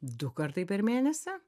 du kartai per mėnesį